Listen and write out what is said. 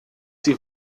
sie